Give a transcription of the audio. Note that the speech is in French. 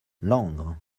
langres